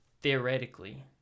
theoretically